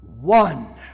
one